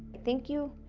thank you,